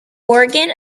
organ